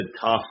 tough